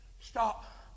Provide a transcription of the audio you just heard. Stop